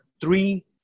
three